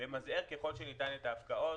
למזער ככל שניתן את ההפקעות.